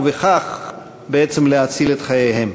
ובכך בעצם להציל את חייהם.